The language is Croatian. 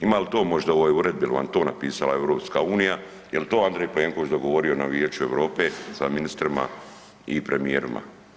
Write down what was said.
Ima li to možda u ovoj uredbi, jel vam to napisala EU, jel to Andrej Plenković dogovorio na Vijeću Europe sa ministrima i premijerima?